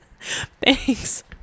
Thanks